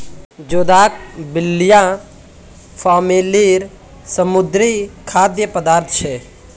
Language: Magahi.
जोदाक बिब्लिया फॅमिलीर समुद्री खाद्य पदार्थ छे